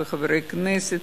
וחברי הכנסת.